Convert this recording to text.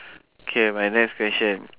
K my next question